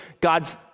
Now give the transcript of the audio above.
God's